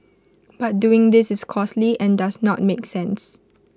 but doing this is costly and does not make sense